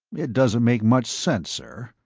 it doesn't make much sense, sir.